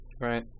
Right